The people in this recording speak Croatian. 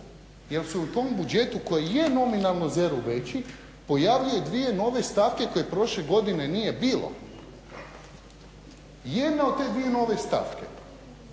jer su u tom budžetu koji je nominalnu zeru veći pojavljuju dvije nove stavke koje prošle godine nije bilo. Jedna od ove nove stavke